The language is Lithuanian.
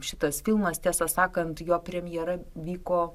šitas filmas tiesą sakant jo premjera vyko